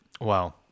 Wow